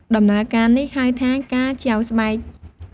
ដំណើរការនេះហៅថា "ការចែវស្បែក"។